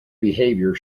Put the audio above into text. behaviour